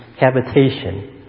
habitation